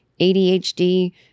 ADHD